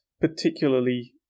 particularly